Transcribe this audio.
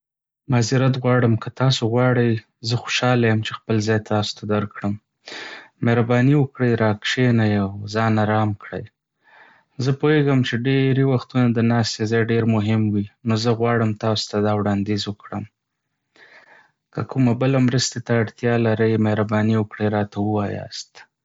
معذرت غواړم، که تاسو غواړئ، زه خوشحاله یم چې خپل ځای تاسو ته درکړم. مهرباني وکړئ راکښېنئ او ځان آرام کړئ. زه پوهیږم چې ډیری وختونه د ناستې ځای ډیر مهم وي، نو زه غواړم تاسو ته دا وړاندیز وکړم. که کومه بله مرسته ته اړتیا لرئ، مهرباني وکړئ راته ووایاست.